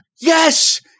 Yes